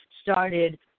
started